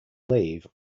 leave